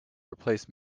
replace